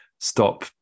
stop